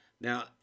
Now